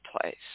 place